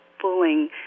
bullying